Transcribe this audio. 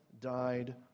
died